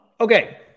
Okay